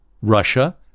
Russia